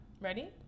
Ready